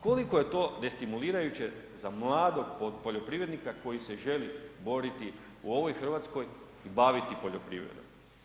Koliko je to destimulirajuće za mladog poljoprivrednika koji se želi boriti u ovoj Hrvatskoj i baviti poljoprivredom?